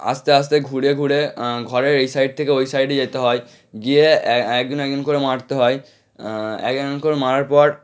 আস্তে আস্তে ঘুরে ঘুরে ঘরের এই সাইড থেকে ওই সাইডে যেতে হয় গিয়ে অ্যা এক একজন করে মারতে হয় একজন একজন করে মারার পর